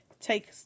take